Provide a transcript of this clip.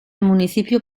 municipio